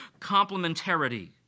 complementarity